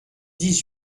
dix